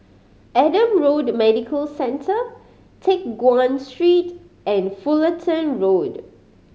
Adam Road Medical Centre Teck Guan Street and Fullerton Road